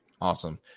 Awesome